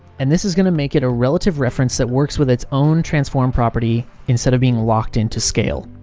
and this is going to make it a relative reference that works with its own transform property instead of being locked into scale.